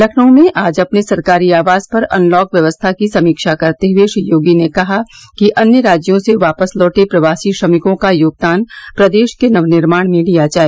लखनऊ में आज अपने सरकारी आवास पर अनलॉक व्यवस्था की समीक्षा करते हए श्री योगी ने कहा कि अन्य राज्यों से वापस लौटे प्रवासी श्रमिकों का योगदान प्रदेश के नव निर्माण में लिया जाए